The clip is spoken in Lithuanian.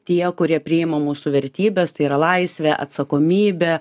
tie kurie priima mūsų vertybes tai yra laisvę atsakomybę